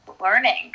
learning